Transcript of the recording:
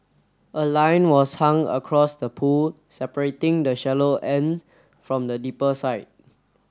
a line was hung across the pool separating the shallow end from the deeper side